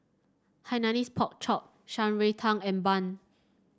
Hainanese Pork Chop Shan Rui Tang and bun